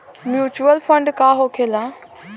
Mutual fund का होखेला?